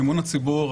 אמון הציבור,